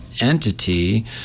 entity